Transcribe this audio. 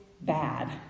bad